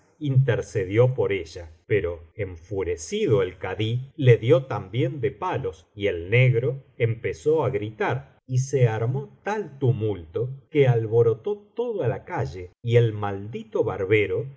intercedió por ella pero enfurecido el kadí le dio también de palos y el negro empezó á gritar y se armó tal tumulto que alborotó toda la calle y el maldito barbero